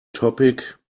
topic